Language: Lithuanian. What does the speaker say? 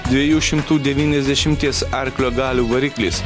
dviejų šimtų devyniasdešimties arklio galių variklis